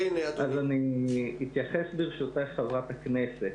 אני אתייחס, ברשותך, חברת הכנסת.